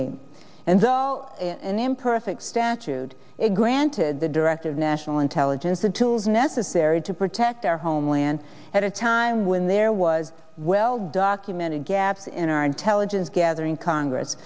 eight and though in an imperfect statute it granted the director of national intelligence the tools necessary to protect our homeland at a time when the there was a well documented gaps in our intelligence gathering congress